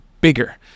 bigger